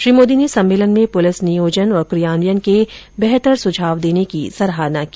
श्री मोदी ने सम्मेलन में पुलिस नियोजन और क्रियान्वयन के बेहतर सुझाव देने की सराहना की